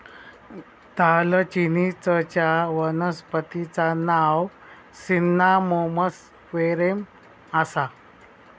दालचिनीचच्या वनस्पतिचा नाव सिन्नामोमम वेरेम आसा